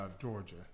Georgia